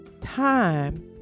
time